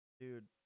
Dude